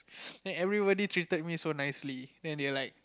then everybody treated me so nicely then they were like